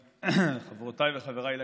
חברותיי וחבריי לכנסת,